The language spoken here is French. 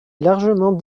largement